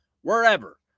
wherever